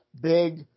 big